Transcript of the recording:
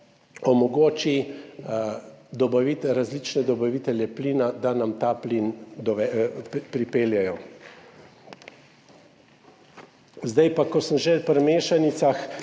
omogoči različne dobavitelje plina, da nam ta plin pripeljejo. Ko sem že pri mešanicah